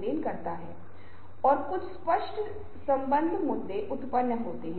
दिया जाता है वे उस विशेष समय में विशेष कार्य करते हैं लेकिन पूर्वी समाज में विशेष रूप से एशियाई देशों में आप यह चिह्नित कर सकते हैं कि लोग एक ही समय स्लॉट के दौरान कई कार्य करते हैं